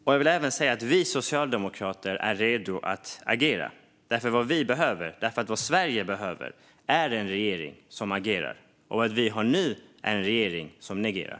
Jag vill också säga att vi socialdemokrater är redo att agera. Vad Sverige behöver är nämligen en regering som agerar, och det Sverige har nu är en regering som negerar.